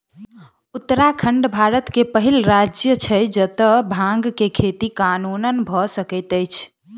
उत्तराखंड भारत के पहिल राज्य छै जतअ भांग के खेती कानूनन भअ सकैत अछि